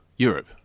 Europe